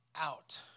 out